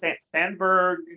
Sandberg